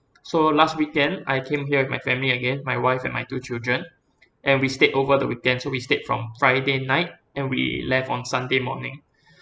so last weekend I came here with my family again my wife and my two children and we stayed over the weekend so we stayed from friday night and we left on sunday morning